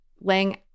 laying